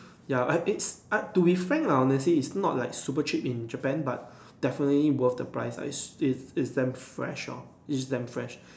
ya I its I to be frank honestly it's not like super cheap in Japan but definitely worth the price lah it's it's damn fresh lor it's damn fresh